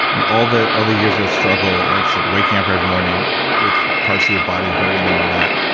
and all the all the years of struggle, like so waking up every morning with parts of your body hurting and all that.